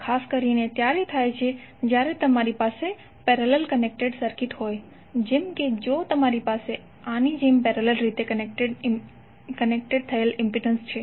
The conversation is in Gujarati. આ ખાસ કરીને ત્યારે થાય છે જ્યારે તમારી પાસે પેરેલલ કનેક્ટેડ સર્કિટ હોય જેમ કે જો તમારી પાસે આની જેમ પેરેલલ રીતે કનેક્ટ થયેલ ઇમ્પિડન્સ છે